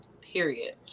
period